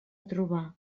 trobar